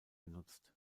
genutzt